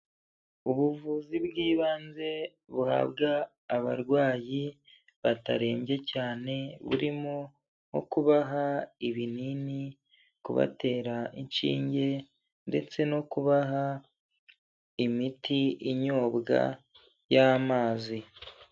Ubuvuzi bw'ibanze buhabwa abarwayi batarembye cyane burimo nko kubaha ibinini, kubatera inshinge ndetse no kubaha imiti inyobwa y'amazi.